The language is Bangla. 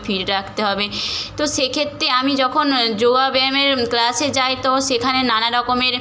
ফিট রাখতে হবে তো সেক্ষেত্রে আমি যখন যোগ ব্যায়ামের ক্লাসে যাই তো সেখানে নানা রকমের